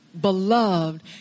beloved